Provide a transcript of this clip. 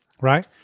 Right